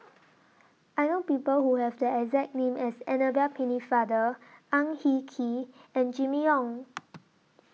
I know People Who Have The exact name as Annabel Pennefather Ang Hin Kee and Jimmy Ong